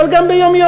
אבל גם ביום-יום,